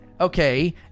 okay